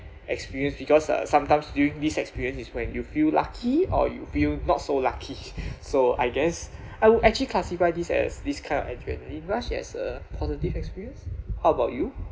experienced because uh sometimes during this experience is when you feel lucky or you feel not so lucky so I guess I would actually classify this as this kind of adrenaline rush as a positive experience how about you